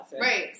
Right